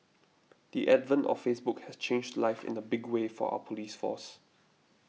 the advent of Facebook has changed life in a big way for our police force